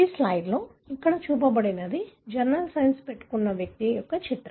ఈ స్లయిడ్లో ఇక్కడ చూపబడినది జర్నల్ సైన్స్ను పట్టుకున్న వ్యక్తి యొక్క చిత్రం